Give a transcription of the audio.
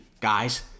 guys